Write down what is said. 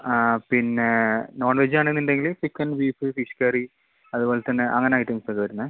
ആ പിന്നെ നോൺവെജ് ആണെന്ന് ഉണ്ടെങ്കിൽ ചിക്കൻ ബീഫ് ഫിഷ് കറി അതുപോലത്തന്നെ അങ്ങനത്തെ ഐറ്റംസ് ഒക്കെ വരുന്നത്